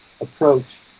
approach